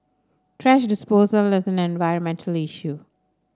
thrash disposal environmental issue